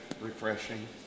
refreshing